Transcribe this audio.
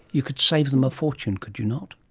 you could save them a fortune, could you not?